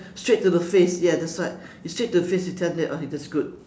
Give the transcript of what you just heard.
straight to the face ya that's right you straight to the face you tell them okay that's good